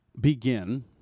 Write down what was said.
begin